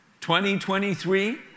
2023